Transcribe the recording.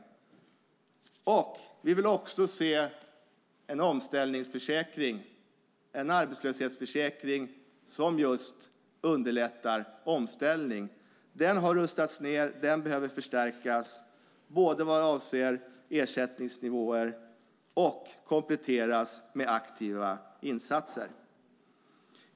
Vi vill också se en omställningsförsäkring, en arbetslöshetsförsäkring som just underlättar omställning. Den har rustats ned. Den behöver förstärkas vad avser både ersättningsnivåer och en komplettering med aktiva insatser.